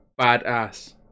Badass